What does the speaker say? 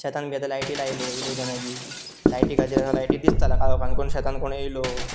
शेतान बी आतां लायटी लायले विलेजानय बी लायटी काय जे आहत लायटी दिसतालां काळोखान कोण शेतान कोण येयलो